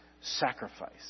sacrifice